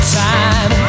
time